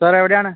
sir എവിടെയാണ്